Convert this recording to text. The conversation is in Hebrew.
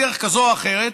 בדרך כזאת או אחרת,